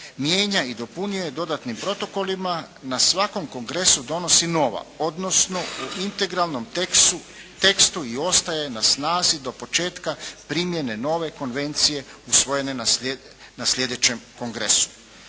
mijenja i dopunjuje dodatnim protokolima, na svakom kongresu donosi nova, odnosno u integralnom tekstu i ostaje na snazi do početka primjene nove konvencije usvojene na sljedećem kongresu.